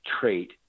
trait